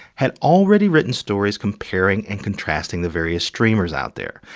had already written stories comparing and contrasting the various streamers out there.